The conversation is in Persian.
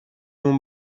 اون